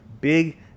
Big